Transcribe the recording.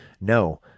No